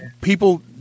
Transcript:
people